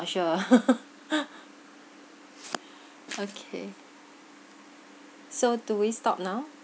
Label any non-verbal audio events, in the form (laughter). sure (laughs) okay so do we stop now